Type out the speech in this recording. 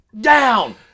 down